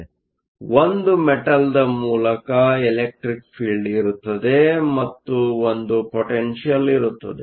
ಅಂದರೆ ಒಂದು ಮೆಟಲ್ದ ಮೂಲಕ ಎಲೆಕ್ಟ್ರಿಕ್ ಫೀಲ್ಡ್ ಇರುತ್ತದೆ ಮತ್ತು ಒಂದು ಪೊಟೆನ್ಷಿಯಲ್ ಇರುತ್ತದೆ